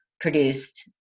produced